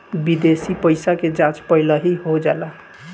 विदेशी पइसा के जाँच पहिलही हो जाला